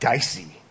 Dicey